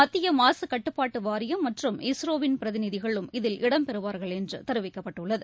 மத்தியமாகக்கட்டுப்பாட்டுவாரியம் மற்றும் இஸ்ரோவின் பிரதிநிதிகளும் இதில் இடம் பெறுவார்கள் என்றுதெரிவிக்கப்பட்டுள்ளது